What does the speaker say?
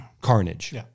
carnage